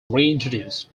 reintroduced